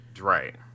Right